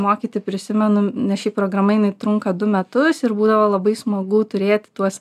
mokyti prisimenu nes ši programa jinai trunka du metus ir būdavo labai smagu turėti tuos